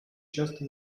часто